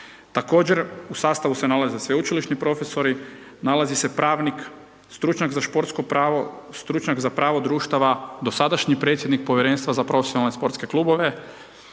Također u sastavu se nalaze sveučilišni profesori, nalazi se pravnik, stručnjak za športsko pravo, stručnjak za pravo društava, dosadašnji predsjednik povjerenstva za profesionalne i sportske klubove,